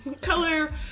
color